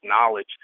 knowledge